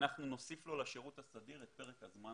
אנחנו נוסיף לו לשירות הסדיר את פרק הזמן